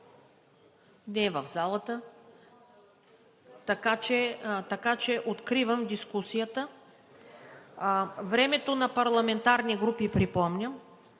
не е в залата, така че откривам дискусията. Времето на парламентарни групи, припомням: